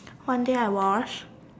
one day I wash